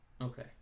okay